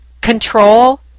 control